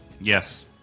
Yes